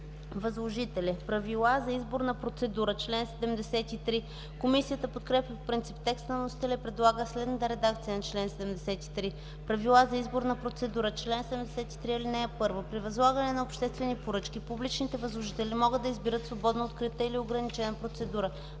възложители. Правила за избор на процедура”. Комисията подкрепя по принцип текста на вносителя и предлага следната редакция на чл. 73: „Правила за избор на процедура Чл. 73. (1) При възлагане на обществени поръчки публичните възложители могат да избират свободно открита или ограничена процедура.